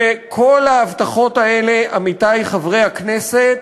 וכל ההבטחות האלה, עמיתי חברי הכנסת,